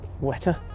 wetter